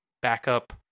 backup